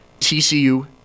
TCU